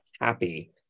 happy